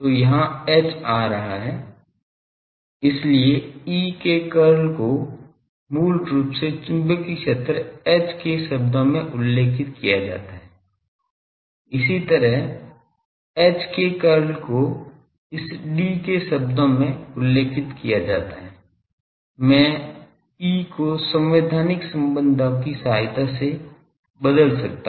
तो यहां H आ रहा है इसलिए E के कर्ल को मूल रूप से चुंबकीय क्षेत्र H के शब्दों में उल्लेखित किया जाता है इसी तरह H के कर्ल को इस D के शब्दों में उल्लेखित किया जाता है मैं E को संवैधानिक संबंधों की सहायता से बदल सकता हूं